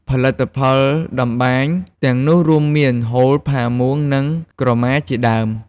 ផលិតផលតម្បាញទាំងនោះរួមមាន ហូល ផាមួង និងក្រមាជាដើម។